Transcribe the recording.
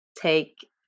take